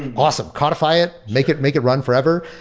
and ah so codify it. make it make it run forever.